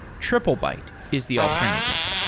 triplebyte is the alternative.